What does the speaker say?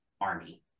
army